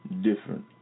different